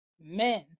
men